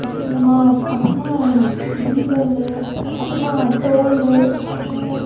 வச்சுக்கணுமா அத் அப்புறமா டீசல் அப்புறமா டோல் அப்புறம்